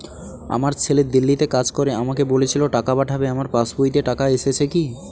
আমার ছেলে দিল্লীতে কাজ করে আমাকে বলেছিল টাকা পাঠাবে আমার পাসবইতে টাকাটা এসেছে কি?